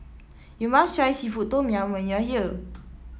you must try seafood Tom Yum when you are here